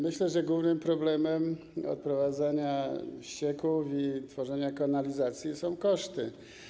Myślę, że głównym problemem odprowadzania ścieków i tworzenia kanalizacji są koszty.